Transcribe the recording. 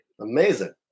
Amazing